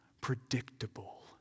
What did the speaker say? predictable